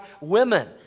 women